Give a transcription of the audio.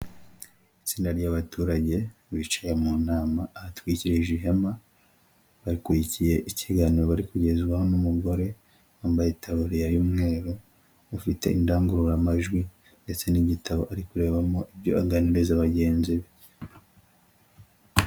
Itsinda ry'abaturage bicaye mu ntama ahatwikirije ihema, bakurikiye ikiganiro bari kugezwaho n'umugore, wambaye itabaririya y'umweru ufite indangururamajwi ndetse n'igitabo ari kurebamo ibyo aganiriza bagenzi be.